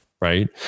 Right